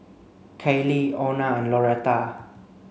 Kaylie Ona and Loretta